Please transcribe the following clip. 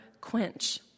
quench